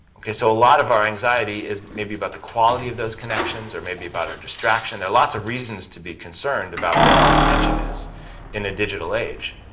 ok? so a lot of our anxiety is maybe about the quality of those connections or maybe about our distraction, there's lots of reasons to be concerned about where our attention is in a digital age.